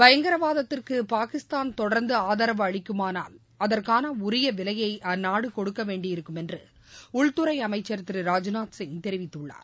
பயங்கரவாதத்திற்கு பாகிஸ்தான் தொடர்ந்து ஆதரவு அளிக்குமானால் அதற்கான உரிய விலையை அந்நாடு கொடுக்க வேண்டியிருக்கும் என்று உள்துறை அமைச்சர் திரு ராஜ்நாத் சிங் தெரிவித்துள்ளார்